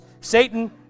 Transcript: Satan